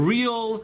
Real